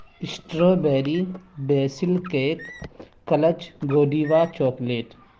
strawberry basil cake کلچ Godiva chocolate